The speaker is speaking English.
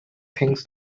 things